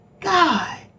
God